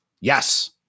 Yes